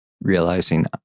realizing